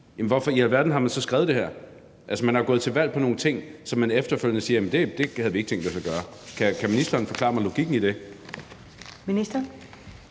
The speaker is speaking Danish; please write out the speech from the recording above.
hvorfor i alverden har man så skrevet det her? Altså, man er jo gået til valg på nogle ting, hvor man efterfølgende siger, at det havde vi ikke tænkt os at gøre. Kan ministeren forklare mig logikken i det?